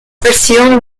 presumed